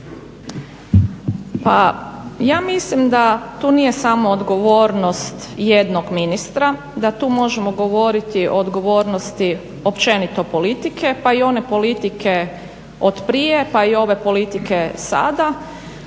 Pa ja mislim da tu nije samo odgovornost jednog ministra, da tu možemo govoriti o odgovornosti općenito politike pa i one politike od prije pa i ove politike sada